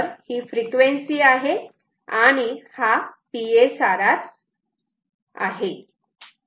ही frequency आहे आणि हा PSRR आहे